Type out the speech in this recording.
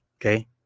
Okay